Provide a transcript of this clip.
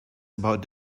about